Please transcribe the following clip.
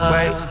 Wait